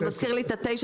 זה מזכיר לי את ה-9.99.